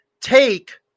take